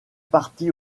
parti